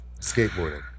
Skateboarding